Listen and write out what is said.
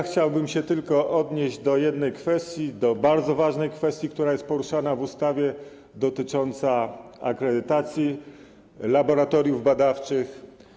Chciałbym się tylko odnieść do jednej kwestii, do bardzo ważnej kwestii, która jest poruszana w ustawie, dotyczącej akredytacji laboratoriów badawczych.